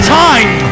time